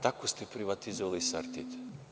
Tako ste privatizovali „Sartid“